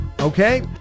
okay